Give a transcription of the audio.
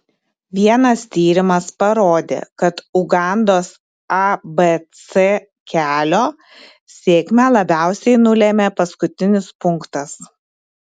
vienas tyrimas parodė kad ugandos abc kelio sėkmę labiausiai nulėmė paskutinis punktas